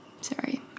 Sorry